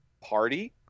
party